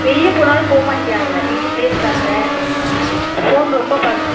வெளியே போன்னாலும் போகமாட்டிக்கிறானுங்க வீட்டுக்குள்ளேயே இருக்காங்க ஃபோன் ரொம்ப பார்க்க